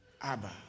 Abba